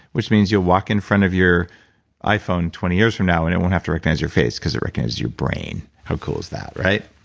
which means you'll walk in front of your iphone twenty years from now and it won't have to recognize your face cause it recognized your brain how cool is that right?